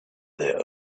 their